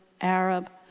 Arab